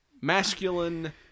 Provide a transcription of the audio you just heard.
masculine